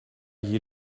year